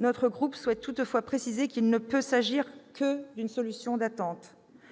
Notre groupe souhaite toutefois préciser qu'il ne peut s'agir que d'une solution d'attente.